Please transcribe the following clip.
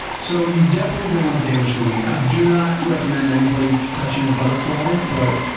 so you definitely don't want to damage the wing. i do not recommend anybody touching a butterfly but